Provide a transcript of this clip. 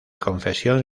confesión